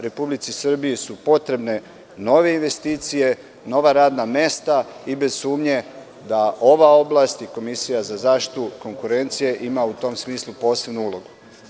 Republici Srbiji su potrebne nove investicije, nova radna mesta i bez sumnje da ova oblast i Komisija za zaštitu konkurencije ima u tom smislu posebnu ulogu.